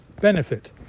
benefit